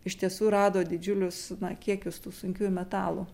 iš tiesų rado didžiulius na kiekius tų sunkiųjų metalų